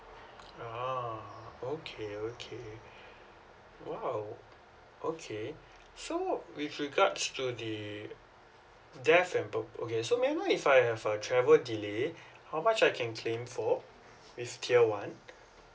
a'ah okay okay !wow! okay so with regards to the death and per~ okay so may I know if I have a travel delay how much I can claim for with tier one